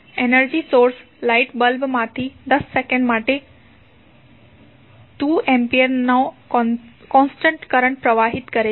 energy source light bulb માંથી 10 second માટે 2 એમ્પીયરનો કોન્સ્ટન્ટ કરંટ પ્રવાહિત કરે છે